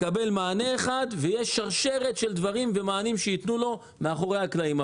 מקבל מענה אחד ויש שרשרת של דברים ומענים שיתנו לו מאחורי הקלעים,